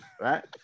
right